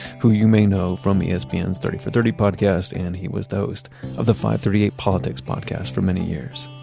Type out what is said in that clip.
who you may know from yeah espn's thirty for thirty podcast and he was the host of the fivethirtyeight politics podcast for many years.